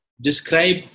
describe